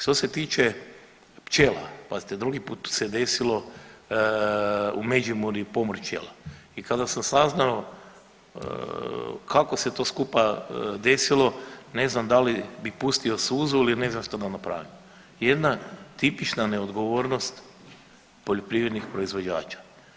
Što se tiče pčela, pazite drugi put se desilo u Međimurju pomor pčela i kada sam saznao kako se to skupa desilo ne znam da li bi pustio suzu ili ne znam što da napravim, jedna tipična neodgovornost poljoprivrednih proizvođača.